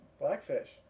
Blackfish